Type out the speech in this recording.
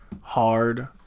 hard